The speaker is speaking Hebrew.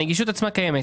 הנגישות עצמה קיימת.